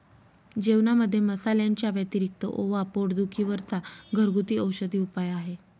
जेवणामध्ये मसाल्यांच्या व्यतिरिक्त ओवा पोट दुखी वर चा घरगुती औषधी उपाय आहे